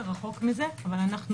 רחוק מזה, אבל אנחנו